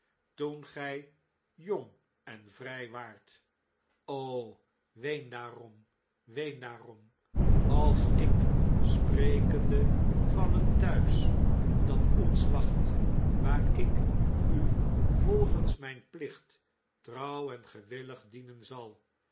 toen gjj jong en vrjj waart o ween daarom ween daarom als ik sprekende van een thuis dat ons wacht waar ik u volgens mijn plicht trouw en gewillig dienen zal